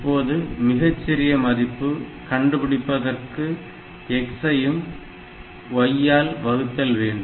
இப்பொழுது மிகச்சிறிய மதிப்பு கண்டுபிடிப்பதற்கு x ஐ y ஆல் வகுத்தல் வேண்டும்